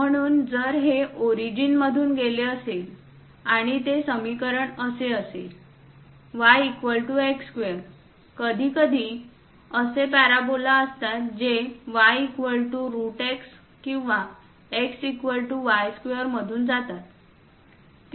म्हणून जर हे ओरिजिन मधून गेले असेल आणि ते समीकरण असे असेल y x2 कधीकधी असे प्याराबोला असतात जे y x किंवा x y2 मधून जातात